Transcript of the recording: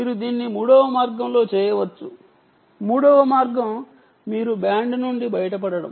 మీరు దీన్ని మూడవ మార్గంలో చేయవచ్చు మూడవ మార్గం మీరు బ్యాండ్ నుండి బయట చేయడం